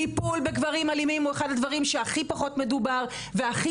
טיפול בגברים אלימים אחד הדברים שהכי פחות מדובר והכי